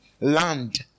Land